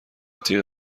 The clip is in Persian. تیغ